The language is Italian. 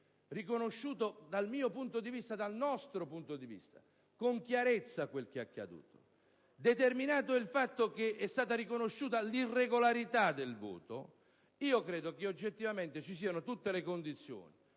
riconosciuto dal nostro punto di vista con chiarezza quel che è accaduto, determinato il fatto che è stata riconosciuta l'irregolarità del voto, io credo che oggettivamente ci siano tutte le condizioni,